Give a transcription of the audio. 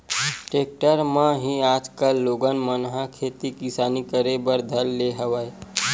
tractor म ही आजकल लोगन मन ह खेती किसानी करे बर धर ले हवय